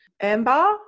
Amber